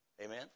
Amen